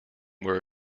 where